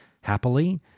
happily